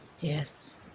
Yes